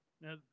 Now